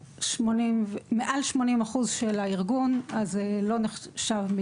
מעל ל-80% מהסקרים של הארגון לא נחשבים